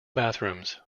bathrooms